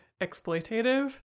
exploitative